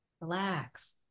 relax